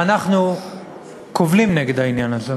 ואנחנו קובלים נגד העניין הזה.